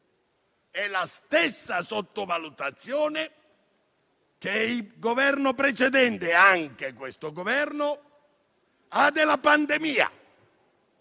è la stessa sottovalutazione che il Governo precedente, e anche questo Governo, ha della pandemia.